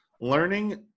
learning